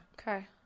Okay